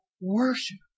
worship